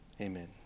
Amen